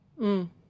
-hmm